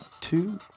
two